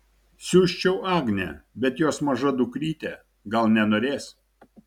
siųsčiau agnę bet jos maža dukrytė gal nenorės